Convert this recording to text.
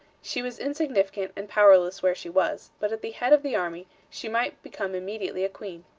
she was insignificant and powerless where she was, but at the head of the army she might become immediately a queen.